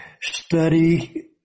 study